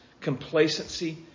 complacency